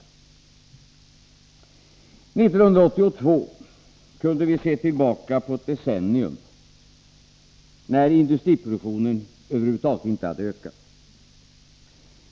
År 1982 kunde vi se tillbaka på ett decennium när industriproduktionen över huvud taget inte hade ökat.